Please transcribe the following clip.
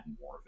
more